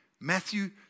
Matthew